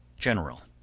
general.